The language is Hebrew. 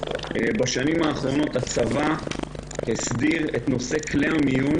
בשנים האחרונות הצבא הסדיר את נושא כלי המיון